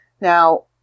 Now